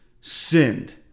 sinned